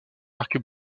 arc